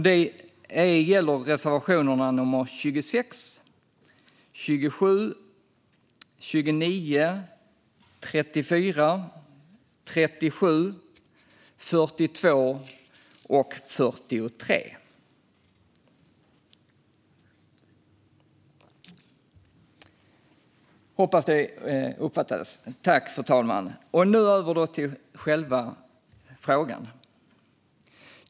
Det gäller reservationerna nummer 26, 27, 29, 34, 37, 42 och 43. Jag hoppas att det uppfattades. Nu över till själva frågan.